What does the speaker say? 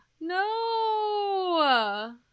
No